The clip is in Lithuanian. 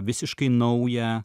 visiškai naują